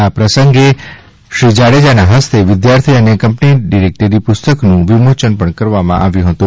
આ પ્રસંગે શ્રી પ્રદીપસિંહ જાડેજાના હસ્તે વિદ્યાર્થી અને કંપની ડિરેક્ટરી પુસ્તકનું વિમોચન કરવામાં આવ્યું હતું